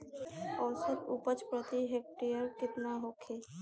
औसत उपज प्रति हेक्टेयर केतना होखे?